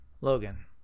Logan